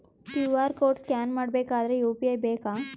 QR code scan ಮಾಡಬೇಕಾದರೆ UPI ಬೇಕಾ?